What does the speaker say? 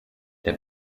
der